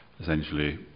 essentially